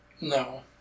No